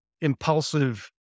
impulsive